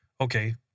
okay